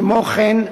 כמו כן,